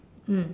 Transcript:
mm